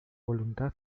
voluntad